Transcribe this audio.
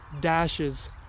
dashes